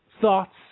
thoughts